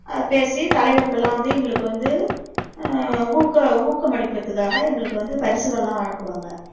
பேசி தலைவர்கள்லாம் வந்து எங்களுக்கு வந்து ஊக்க ஊக்கமளிப்பதற்காக எங்களுக்கு வந்து பரிசுகள்லாம் வழங்குவாங்க